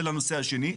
זה לנושא השני.